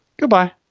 Goodbye